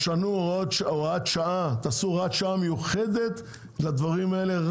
אז תעשו הוראת שעה מיוחדת לדברים האלה,